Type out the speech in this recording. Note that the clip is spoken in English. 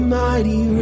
mighty